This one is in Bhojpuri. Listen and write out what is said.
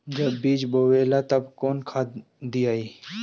जब बीज बोवाला तब कौन खाद दियाई?